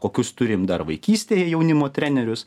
kokius turim dar vaikystėje jaunimo trenerius